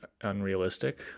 unrealistic